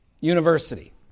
university